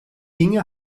inge